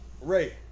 Ray